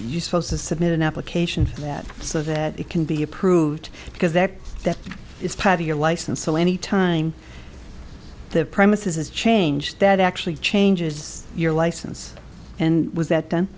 you supposed to submit an application for that so that it can be approved because that that is part of your license so any time the premises is change that actually changes your license and was that